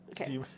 Okay